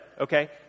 okay